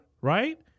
right